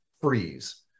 freeze